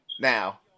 Now